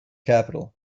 capital